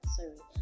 Sorry